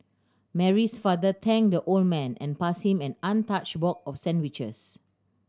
Mary's father thanked the old man and passed him an untouched box of sandwiches